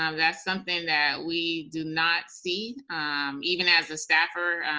um that's something that we do not see even as a staffer.